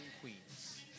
queens